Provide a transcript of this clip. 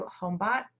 homebot